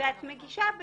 ואת מגישה,